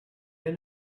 then